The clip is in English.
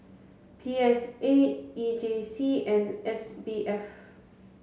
P S A E J C and S B F